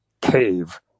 cave